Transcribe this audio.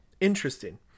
Interesting